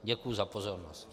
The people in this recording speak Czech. Děkuji za pozornost.